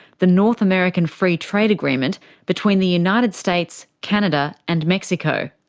the north american free trade agreement between the united states, canada and mexico.